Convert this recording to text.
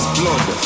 blood